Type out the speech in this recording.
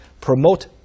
promote